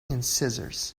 incisors